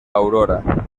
aurora